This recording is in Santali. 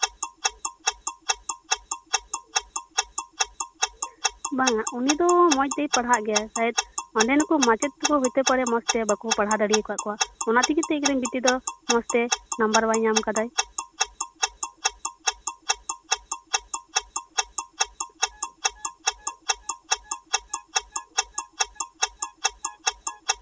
ᱵᱟᱝᱟ ᱩᱱᱤ ᱫᱚ ᱢᱚᱡᱽᱛᱮᱭ ᱯᱟᱲᱦᱟᱜ ᱜᱮᱭᱟ ᱥᱟᱭᱮᱫ ᱚᱸᱰᱮᱱ ᱠᱚ ᱢᱟᱪᱮᱫ ᱠᱚ ᱦᱚᱛᱮᱯᱟᱨᱮ ᱢᱚᱡᱽᱛᱮ ᱵᱟᱠᱚ ᱯᱟᱲᱦᱟᱣ ᱫᱟᱲᱮᱣᱟᱠᱟᱫ ᱠᱚᱣᱟ ᱚᱱᱟ ᱛᱮᱜᱮ ᱛᱚ ᱤᱧᱨᱮᱱ ᱵᱤᱴᱤ ᱫᱚ ᱢᱚᱡᱽᱛᱮ ᱱᱟᱢᱵᱟᱨ ᱵᱟᱭ ᱧᱟᱢ ᱠᱟᱫᱟ